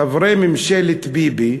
חברי ממשלת ביבי,